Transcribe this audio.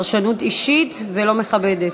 ראשי תיבות, פרשנות אישית ולא מכבדת.